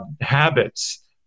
habits